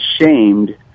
ashamed